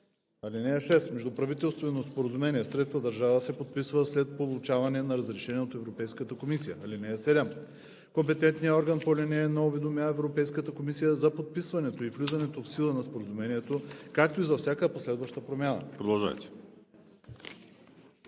(6) Междуправителствено споразумение с трета държава се подписва след получаване на разрешение от Европейската комисия. (7) Компетентният орган по ал. 1 уведомява Европейската комисия за подписването и влизането в сила на споразумението, както и за всяка последваща промяна.“ По